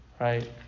right